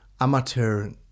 amateur